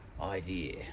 idea